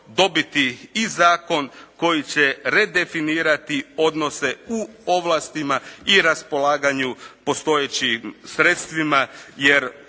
dobiti i zakon koji će redefinirati odnose u ovlastima i raspolaganju postojećim sredstvima